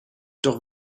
doch